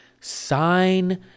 Sign